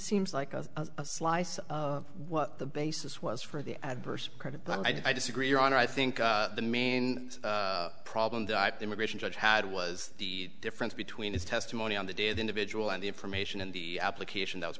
seems like a slice of what the basis was for the adverse credit but i disagree on i think the main problem immigration judge had was the difference between his testimony on the day of individual and the information in the application that was